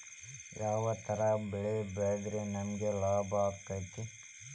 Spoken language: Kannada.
ಯಾವ ತರ ಬೆಳಿ ಬೆಳೆದ್ರ ನಮ್ಗ ಲಾಭ ಆಕ್ಕೆತಿ?